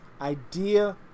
Idea